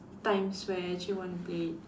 times where I actually want to play it